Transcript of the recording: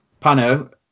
Pano